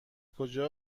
کجا